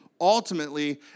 ultimately